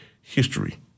history